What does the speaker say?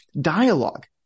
dialogue